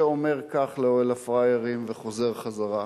שאומר כך ל"אוהל הפראיירים" וחוזר חזרה?